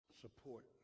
support